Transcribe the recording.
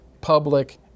public